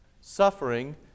suffering